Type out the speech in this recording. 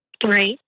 Great